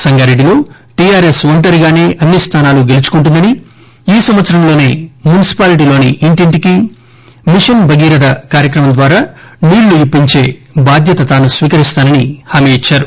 సంగారెడ్డిలో టిఆర్ఎస్ ఒంటరిగానే అన్ని స్థానాలు గెలుచుకుంటుందని ఈ సంవత్సరంలోసే మున్సిపాల్టీలోని ఇంటింటికీ మిషన్ భగీరథ కార్యక్రమం ద్వారా నీళ్ళు ఇప్పించే బాధ్యత తాను స్పీకరిస్తానని హామీ ఇచ్చారు